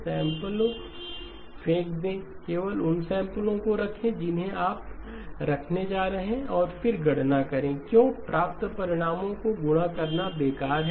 सैंपलो फेंक दें केवल उन सैंपलो को रखें जिन्हें आप रखने जा रहे हैं और फिर गणना करें क्यों प्राप्त परिणामों को गुणा करना बेकार है